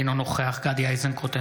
אינו נוכח גדי איזנקוט,